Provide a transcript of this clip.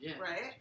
right